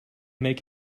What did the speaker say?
make